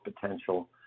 potential